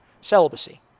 celibacy